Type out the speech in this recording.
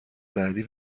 بعدی